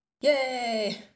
Yay